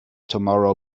tomorrow